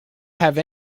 have